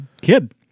kid